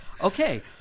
Okay